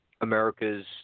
America's